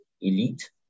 Elite